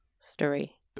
story